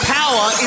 power